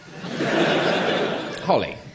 Holly